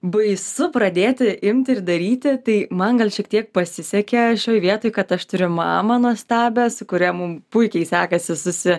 baisu pradėti imti ir daryti tai man gal šiek tiek pasisekė šioj vietoj kad aš turiu mamą nuostabią su kuria mum puikiai sekasi susi